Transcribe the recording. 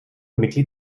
mitglied